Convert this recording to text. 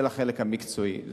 זה לחלק המקצועי,